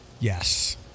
Yes